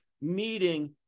meeting